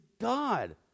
God